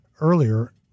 earlier